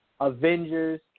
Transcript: Avengers